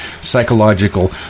psychological